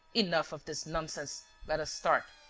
enough of this nonsense. let us start.